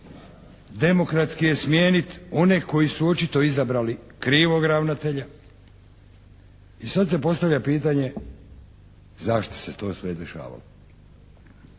demokratski je smijeniti one koji su očito izabrali krivog ravnatelja i sad se postavlja pitanje zašto se to sve dešavalo?